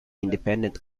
independent